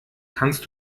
kannst